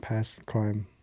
past crime,